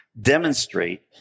demonstrate